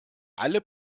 alle